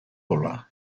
gola